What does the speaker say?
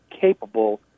capable